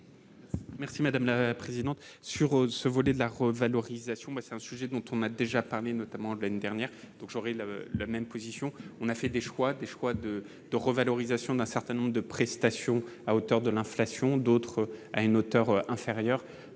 Merci madame la présidente, sur ce volet de la revalorisation mais c'est un sujet dont on a déjà parlé notamment de l'année dernière, donc j'aurais la même position, on a fait des choix, des choix de de revalorisation d'un certain nombre de prestations à hauteur de l'inflation, d'autres à une hauteur inférieure,